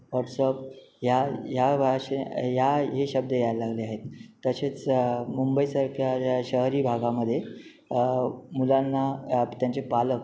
व्हॉट्स up ह्या ह्या भाषे ह्या हे शब्द याय लागले आहेत तसेच मुंबईसारख्या ज्या शहरी भागामध्ये मुलांना त्यांचे पालक